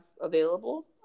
available